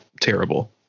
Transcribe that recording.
terrible